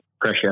pressure